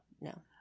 no